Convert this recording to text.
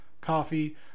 coffee